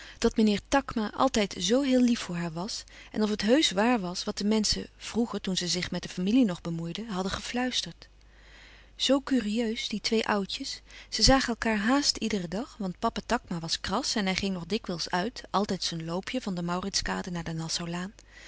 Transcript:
dat meneer takma altijd zoo heel lief voor haar was en of het heusch waar was wat de menschen vroeger toen ze zich met de familie nog bemoeiden hadden gefluisterd zoo curieus die twee oudjes ze zagen elkaâr haast iederen dag want papa takma was kras en hij ging nog dikwijls uit altijd zijn loopje van de mauritskade naar de